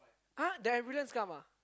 !huh! the ambulance come ah